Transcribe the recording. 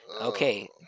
okay